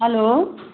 hello